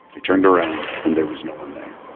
i turned around, and there was no one there